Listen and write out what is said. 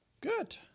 good